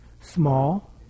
small